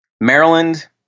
Maryland